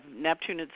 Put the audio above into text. Neptune